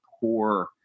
poor